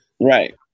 Right